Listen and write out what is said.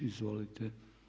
Izvolite.